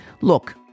Look